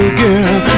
girl